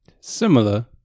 Similar